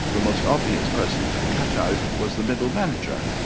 the most obvious person to cut out was the middle manager,